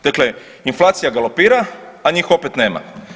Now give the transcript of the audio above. Dakle, inflacija galopira a njih opet nema.